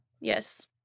Yes